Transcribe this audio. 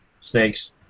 Snakes